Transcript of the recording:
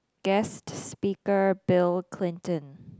guest speaker Bill-Clinton